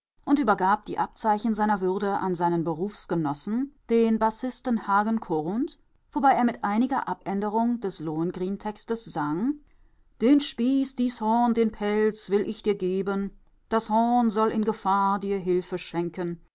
und übergab die abzeichen seiner würde an seinen berufsgenossen den bassisten hagen korrundt wobei er mit einiger abänderung des lohengrintextes sang den spieß dies horn den pelz will ich dir geben das horn soll in gefahr dir hilfe